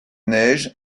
neiges